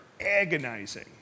agonizing